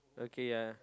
okay ya